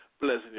Blessing